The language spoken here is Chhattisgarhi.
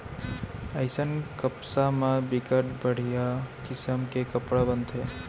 अइसन कपसा म बिकट बड़िहा किसम के कपड़ा बनथे